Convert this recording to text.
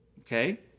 Okay